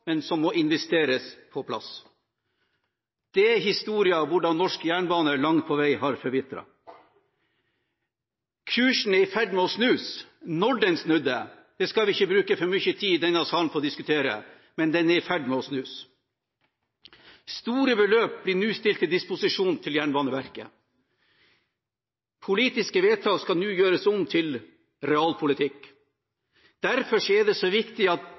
som må investeres på plass. Det er historien om hvordan norsk jernbane langt på vei har forvitret. Kursen er i ferd med å snus. Når den snudde, skal vi ikke bruke for mye tid i denne salen på å diskutere, men den er i ferd med å snus. Store beløp blir nå stilt til disposisjon for Jernbaneverket. Politiske vedtak skal nå gjøres om til realpolitikk. Derfor er det så viktig at